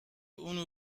اونو